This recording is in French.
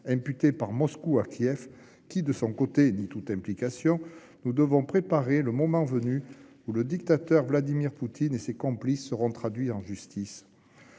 imputée par Moscou à Kiev qui, de son côté, nie toute implication, nous devons préparer le moment où le dictateur Vladimir Poutine et ses complices seront traduits en justice.